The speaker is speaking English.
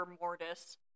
mortis